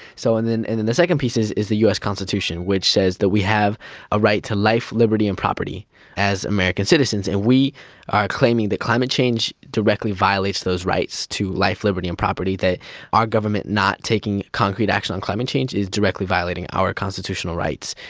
so and then and then the second piece is is the us constitution, which says that we have a right to life, liberty and property as american citizens, and we are claiming that climate change directly violates those rights to life, liberty and property, that our government not taking concrete action on climate change is directly violating our constitutional rights.